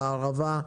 בערבה,